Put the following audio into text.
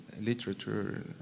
literature